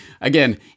again